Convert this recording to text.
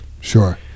Sure